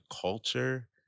culture